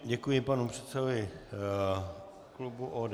Děkuji panu předsedovi klubu ODS.